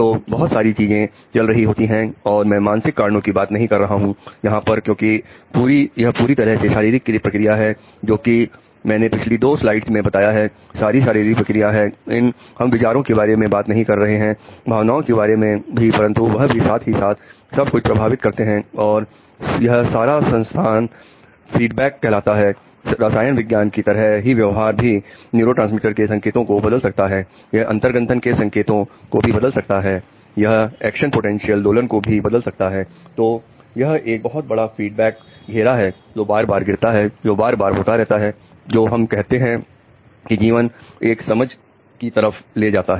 तो बहुत सारी चीजें चल रही होती हैं और मैं मानसिक कारणों की बात नहीं कर रहा हूं यहां पर क्योंकि यह पूरी तरह से शारीरिक प्रक्रिया है जो कि मैंने पिछली दो स्लाइड्स में बताया है सारी शारीरिक प्रक्रिया है हम विचारों के बारे में बात नहीं कर रहे हैं भावनाओं के बारे में भी परंतु वह भी साथ ही साथ सब कुछ प्रभावित करते हैं और यह सारा संस्थान फीडबैक घेरा है जो बार बार गिरता है जो बार बार होता रहता है जो हम कहते हैं कि "जीवन एक समझ की तरफ" ले जाता है